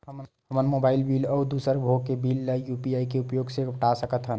हमन mobile bill अउ दूसर भोग के बिल ला यू.पी.आई के उपयोग से पटा सकथन